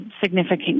significant